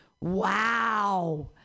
Wow